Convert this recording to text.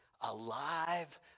Alive